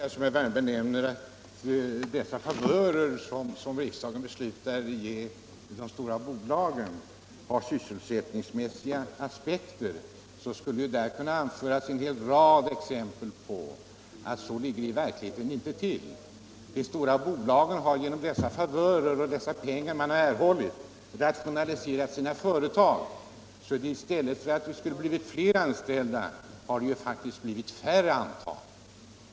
Herr talman! Beträffande det som herr Wärnberg nämnde om att de favörer som riksdagen beslutar ge de stora bolagen har sysselsättningsmässiga aspekter skulle det kunna anföras en hel rad exempel på att det i verkligheten inte ligger så till. De stora bolagen har ju genom dessa favörer och de pengar de erhållit rationaliserat sina företag, och i stället för att flera människor skulle få anställning har faktiskt färre blivit anställda.